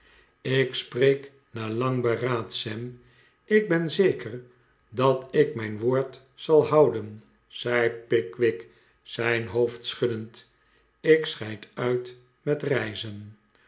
ik spreek na lang beraad sam ik ben zeker dat ik mijn wpordzal houden zei pick wick zijn hoofd schuddend ik scheid uit met reizen